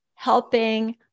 helping